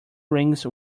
rings